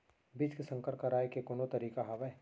बीज के संकर कराय के कोनो तरीका हावय?